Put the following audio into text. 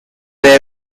debe